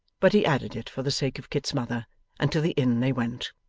but he added it for the sake of kit's mother and to the inn they went.